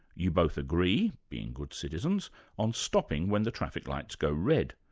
you both agree being good citizens on stopping when the traffic lights go red,